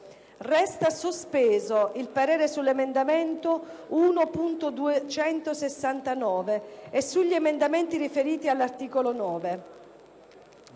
Resta sospeso il parere sull'emendamento 1.269 e sugli emendamenti riferiti all'articolo 9».